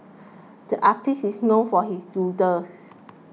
the artist is known for his doodles